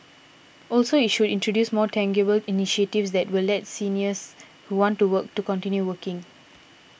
also it should introduce more tangible initiatives that will let seniors who want to work to continue working